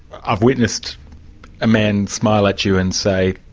i've witnessed a man smile at you and say,